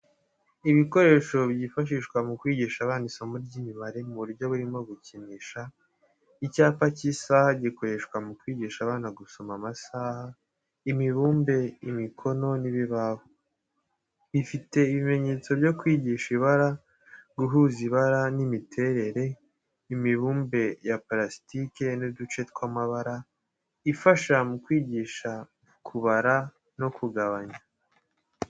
Ibikoresho byifashishwa mu kwigisha abana isomo ry’imibare mu buryo burimo gukinisha. Icyapa cy'isaha gikoreshwa mu kwigisha abana gusoma amasaha, imibumbe, imikono n’ibibaho, bifite ibimenyetso byo kwigisha ibara, guhuza ibara n’imiterere imibumbe ya parasitike n’uduce tw'amabara, ifasha mu kwigisha kubara no kugabanya.